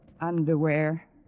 underwear